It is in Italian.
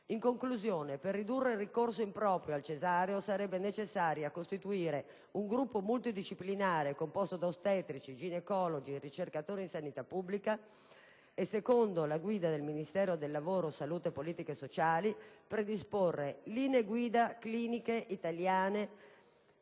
In conclusione, per ridurre il ricorso improprio al cesareo, sarebbe necessario costituire un gruppo multidisciplinare composto da ostetrici, ginecologi e ricercatori in sanità pubblica e, secondo la guida del Ministero del lavoro, salute e politiche sociali, predisporre linee guida cliniche italiane